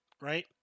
right